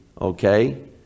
Okay